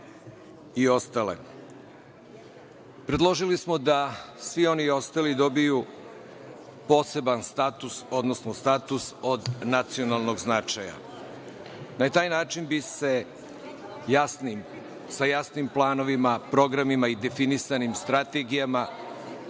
i ostali. Predložili smo da svi oni ostali dobiju poseban status, odnosno status od nacionalnog značaja. Na taj način bi se sa jasnim planovima, programima i definisanim strategijama